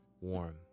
warm